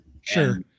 Sure